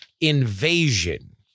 invasion